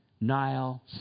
Nile